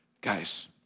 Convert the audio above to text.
Guys